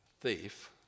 thief